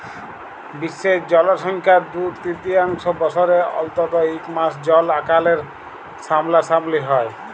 বিশ্বের জলসংখ্যার দু তিরতীয়াংশ বসরে অল্তত ইক মাস জল আকালের সামলাসামলি হ্যয়